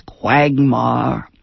quagmire